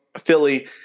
Philly